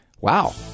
wow